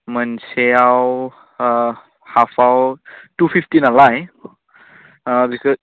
मोनसेयाव हाफआव टु फिफ्थि नालाय बेखौ